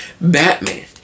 Batman